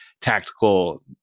tactical